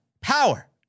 power